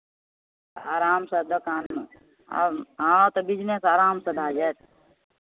आरामसँ दोकानमे आब हँ तऽ बिजनेस आरामसँ भए जायत